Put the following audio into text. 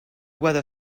whether